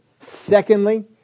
secondly